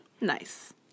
Nice